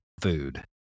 food